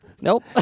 Nope